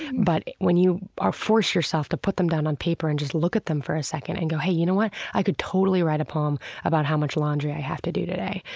but when you force yourself to put them down on paper and just look at them for a second and go, hey, you know what? i could totally write a poem about how much laundry i have to do today.